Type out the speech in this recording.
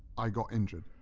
i got injured.